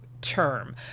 term